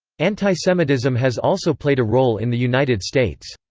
antisemitism has also played a role in the united states.